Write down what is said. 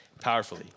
powerfully